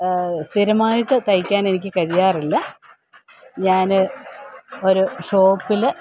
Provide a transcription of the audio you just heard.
സ്ഥിരമായിട്ട് തയ്ക്കാനെനിക്ക് കഴിയാറില്ല ഞാൻ ഒരു ഷോപ്പിൽ